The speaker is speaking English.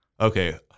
okay